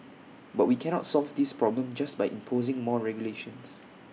but we cannot solve this problem just by imposing more regulations